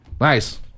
Nice